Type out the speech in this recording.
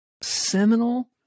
seminal